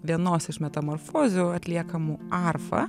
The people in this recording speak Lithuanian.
vienos iš metamorfozių atliekamų arfa